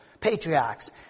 patriarchs